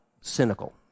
cynical